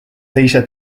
teise